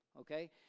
Okay